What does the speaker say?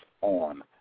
on